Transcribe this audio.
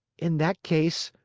in that case,